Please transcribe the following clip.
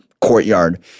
courtyard